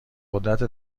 قدرت